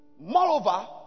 Moreover